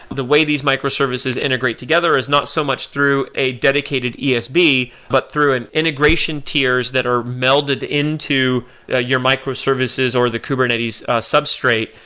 the way these microservices integrate together is not so much through a dedicated esb, but through an integration tiers that are melded into your microservices or the kubernetes substrate,